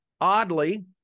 oddly